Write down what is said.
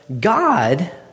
God